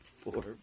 four